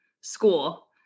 school